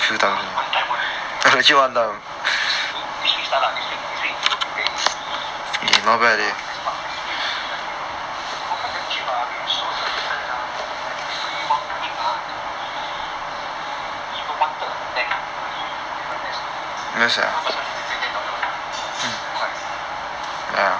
one time only so basically this week this week start ah this week trip he will be paying because but but basically one week ah I think also damn cheap lah it's so short distance mah one week one third of tank or even lesser two person ah one week like ten dollar only